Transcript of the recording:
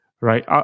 right